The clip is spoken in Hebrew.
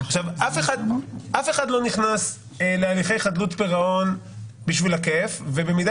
אף אחד לא נכנס להליכי חדלות פירעון בשביל הכיף ובמידה